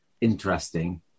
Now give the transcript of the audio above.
interesting